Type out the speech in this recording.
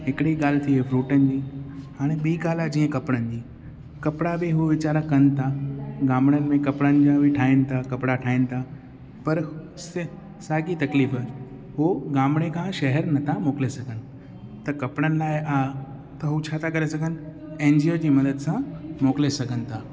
हिकिड़ी ॻाल्हि थी ई फ़्रूटनि जी हाणे ॿी ॻाल्हि आहे जीअं कपिड़नि जी कपिड़ा बि हू वेचारा कनि था गामिणनि में कपिड़नि ठाहिनि था कपिड़ा ठाहिनि था पर से साॻी तकलीफ़ु हू गामणे खां शहरु नथा मोकिले सघनि त कपिड़नि लाइ त हू छा था करे सघनि एनजीओ जी मदद सां मोकिले सघनि था